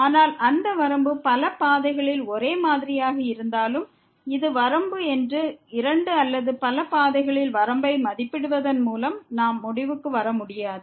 ஆனால் அந்த வரம்பு பல பாதைகளில் ஒரே மாதிரியாக இருந்தாலும் இது வரம்பு என்று இரண்டு அல்லது பல பாதைகளில் வரம்பை மதிப்பிடுவதன் மூலம் நாம் முடிவுக்கு வர முடியாது